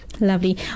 lovely